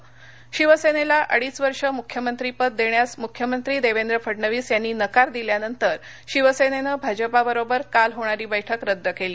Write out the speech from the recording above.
सरकार शिवेसेनेला अडीच वर्षे मुख्यमंत्रीपद देण्यास मुख्यमंत्री देवेंद्र फडणवीस यांनी नकार दिल्यानंतर शिवसेनेनं भाजपा बरोबर काल होणारी बैठक रद्द केली